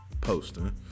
posting